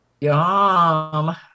Yum